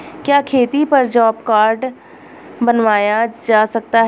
क्या खेती पर जॉब कार्ड बनवाया जा सकता है?